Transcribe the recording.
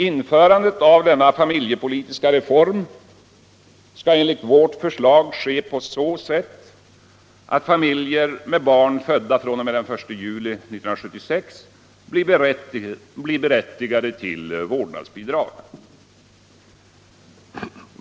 Införandet av denna familjepolitiska reform skall enligt vårt förslag ske på så sätt att familjer med barn födda fr.o.m.den 1 juli 1976 blir berättigade till vårdnadsbidrag.